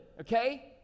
okay